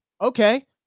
okay